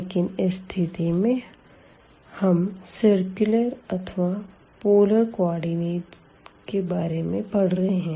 लेकिन इस स्थिति में हम सर्कुलर अथवा पोलर कोऑर्डिनेट के बारे में पढ़ रहे है